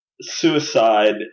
suicide